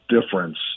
difference